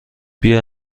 بیا